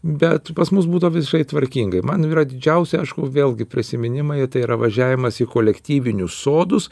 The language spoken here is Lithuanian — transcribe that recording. bet pas mus būdavo visai tvarkingai man yra didžiausia aišku vėlgi prisiminimai tai yra važiavimas į kolektyvinius sodus